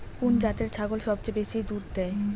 কুন জাতের ছাগল সবচেয়ে বেশি দুধ দেয়?